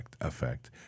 effect